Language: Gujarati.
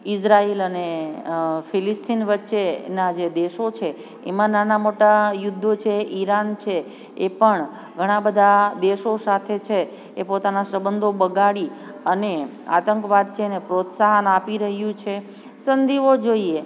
ઇઝરાઈલ અને ફિલીસ્તીન વચ્ચેના જે દેશો છે એમાં નાના મોટા યુદ્ધો છે ઈરાન છે એ પણ ઘણાબધાં દેશો સાથે છે એ પોતાના સબંધો બગાડી અને આતંકવાદ છે એને પ્રોત્સાહન આપી રહ્યું છે સંધિઓ જોઈએ